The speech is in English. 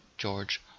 george